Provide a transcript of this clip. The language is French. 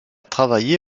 travaillé